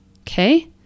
Okay